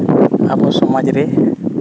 ᱟᱵᱚ ᱥᱚᱢᱟᱡᱽ ᱨᱮ